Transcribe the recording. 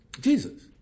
Jesus